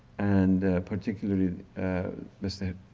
and particularly mr.